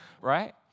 right